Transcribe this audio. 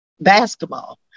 basketball